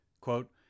quote